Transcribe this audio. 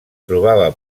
trobava